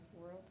world